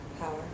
Power